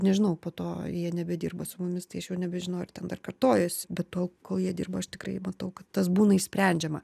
nežinau po to jie nebedirba su mumis tai aš jau nebežinau ar ten dar kartojasi bet tol kol jie dirba aš tikrai matau kad tas būna išsprendžiama